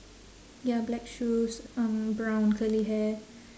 ya black shoes um brown curly hair